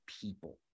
people